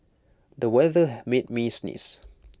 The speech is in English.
the weather made me sneeze